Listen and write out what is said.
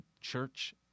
church